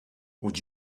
would